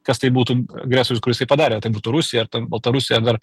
kas tu būtų agresorius kuris tai padarė ar tai būtų rusija baltarusija ar dar